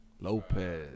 Lopez